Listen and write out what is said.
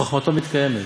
חוכמתו מתקיימת,